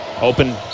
open